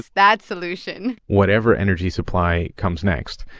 that solution. whatever energy supply comes next,